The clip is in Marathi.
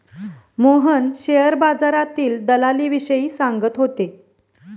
मोहन शेअर बाजारातील दलालीविषयी सांगत होते